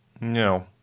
No